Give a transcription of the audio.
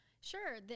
Sure